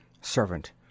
Servant